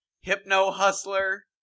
Hypno-Hustler